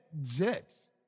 jets